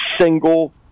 single